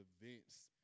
events